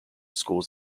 schools